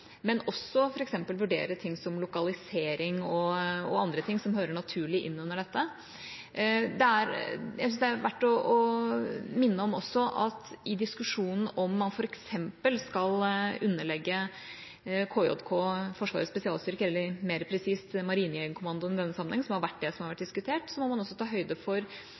også f.eks. vurdere ting som lokalisering og andre ting som hører naturlig inn under dette. Jeg syns også det er verdt å minne om at i diskusjonen om man f.eks. skal underlegge KJK Forsvarets spesialstyrker eller mer presist Marinejegerkommandoen i denne sammenheng, som har vært det som har vært diskutert, må man også ta høyde for